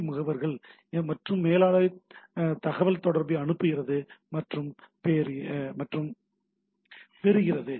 B முகவர்கள் மற்றும் மேலாளர் தரவை அனுப்புகிறது மற்றும் பெறுகிறது